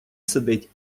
сидить